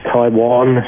Taiwan